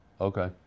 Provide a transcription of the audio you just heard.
Okay